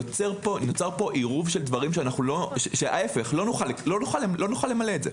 נוצר פה עירוב שלא נוכל למלא את זה.